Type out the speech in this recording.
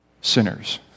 sinners